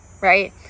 right